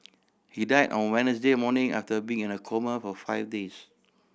he died on Wednesday morning after being in a coma for five days